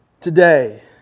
today